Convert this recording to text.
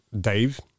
Dave